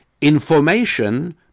Information